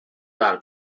val